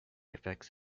effects